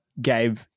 gabe